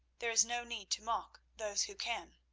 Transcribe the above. there is no need to mock those who can.